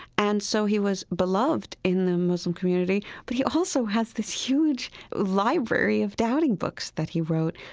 and so he was beloved in the muslim community, but he also has this huge library of doubting books that he wrote.